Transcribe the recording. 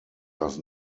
does